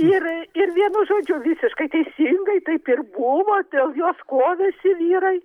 ir ir vienu žodžiu visiškai teisingai taip ir buvo dėl jos kovėsi vyrai